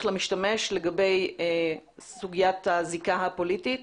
למשתמש לגבי סוגיית הזיקה הפוליטית